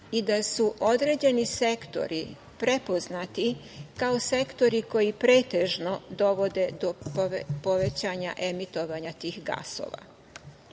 i da su određeni sektori prepoznati kao sektori koji pretežno dovode do povećanja emitovanja tih gasova.